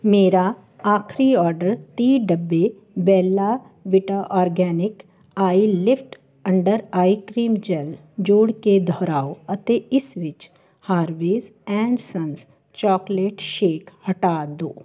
ਮੇਰਾ ਆਖਰੀ ਆਰਡਰ ਤੀਹ ਡੱਬੇ Bella Vita organic eye lift under eye cream gel ਜੋੜ ਕੇ ਦੁਹਰਾਓ ਅਤੇ ਇਸ ਵਿੱਚ Harvey's and Sons chocolate shake ਹਟਾ ਦਿਉ